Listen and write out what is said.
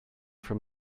from